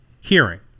hearing